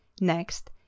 Next